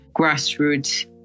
grassroots